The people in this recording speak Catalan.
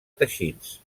teixits